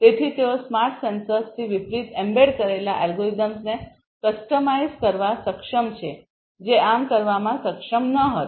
તેથી તેઓ સ્માર્ટ સેન્સર્સથી વિપરીત એમ્બેડ કરેલા એલ્ગોરિધમ્સને કસ્ટમાઇઝ કરવા સક્ષમ છે જે આમ કરવામાં સક્ષમ ન હતા